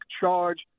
charge